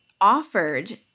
offered